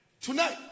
Tonight